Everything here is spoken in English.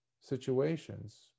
situations